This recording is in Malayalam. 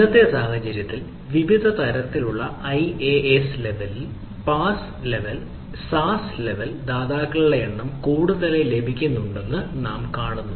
ഇന്നത്തെ സാഹചര്യത്തിൽ വിവിധ തലത്തിലുള്ള IaaS ലെവലിൽ PaaS ലെവൽ SaaS ലെവലിൽ ദാതാക്കളുടെ എണ്ണം കൂടുതലായി ലഭിക്കുന്നുണ്ടെന്ന് നാം കാണുന്നു